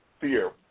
fear